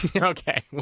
Okay